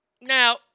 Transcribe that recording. now